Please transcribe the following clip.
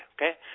okay